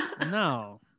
No